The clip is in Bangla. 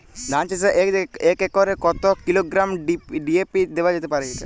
ধান চাষে এক একরে কত কিলোগ্রাম ডি.এ.পি দেওয়া যেতে পারে?